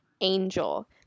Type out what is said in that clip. angel